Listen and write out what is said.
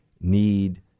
need